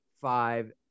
five